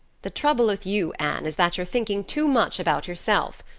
the trouble with you, anne, is that you're thinking too much about yourself.